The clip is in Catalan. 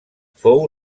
fou